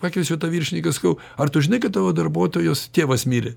pakviečiau tą viršininką sakau ar tu žinai kad tavo darbuotojos tėvas mirė